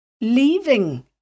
leaving